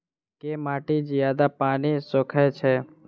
केँ माटि जियादा पानि सोखय छै?